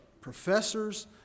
professors